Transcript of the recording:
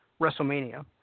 WrestleMania